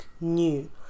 new